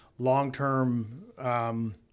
long-term